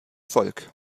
volk